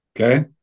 Okay